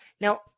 now